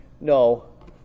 No